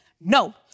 no